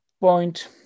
point